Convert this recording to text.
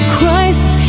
Christ